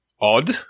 Odd